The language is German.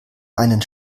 einen